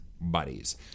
Bodies